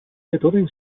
beethoven